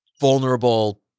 vulnerable